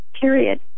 Period